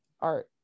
art